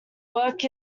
work